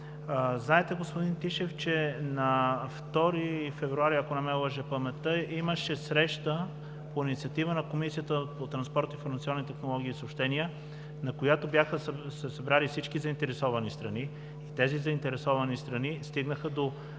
Знаете, господин Тишев, че на 2 февруари, ако не ме лъже паметта, имаше среща по инициатива на Комисията по транспорт, информационни технологии и съобщения, на която се бяха събрали всички заинтересовани страни. Тези заинтересовани страни стигнаха до